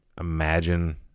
imagine